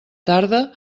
tarda